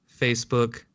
Facebook